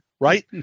Right